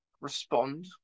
respond